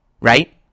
Right